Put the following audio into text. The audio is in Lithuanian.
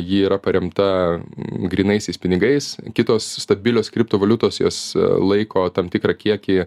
ji yra paremta grynaisiais pinigais kitos stabilios kriptovaliutos jas laiko tam tikrą kiekį